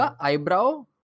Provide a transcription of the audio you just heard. eyebrow